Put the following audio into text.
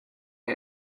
que